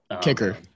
Kicker